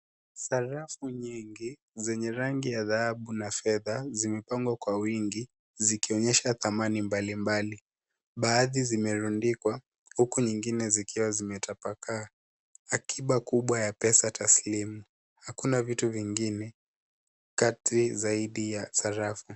Sarafu nyingi zenye rangi ya dhahabu na fedha, zimepangwa kwa uwingi zikionyesha dhamani mbalimbali. Baadhi zimerundikwa uku nyingine zikiwa zimetabakaa, akiba kubwa ya pesa taslimu. Hakuna vitu vingine kati ya sarafu.